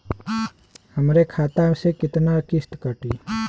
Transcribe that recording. हमरे खाता से कितना किस्त कटी?